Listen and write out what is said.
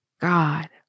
God